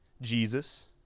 Jesus